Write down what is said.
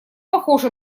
похоже